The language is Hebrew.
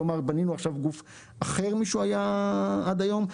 כלומר, בנינו עכשיו גוף אחר משהיה עד היום.